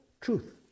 truth